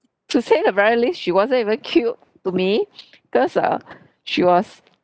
to say the very least she wasn't even cute to me because uh she was